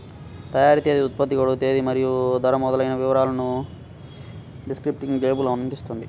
తయారీ తేదీ, ఉత్పత్తి గడువు తేదీ మరియు ధర మొదలైన వివరాలను డిస్క్రిప్టివ్ లేబుల్ అందిస్తుంది